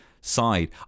side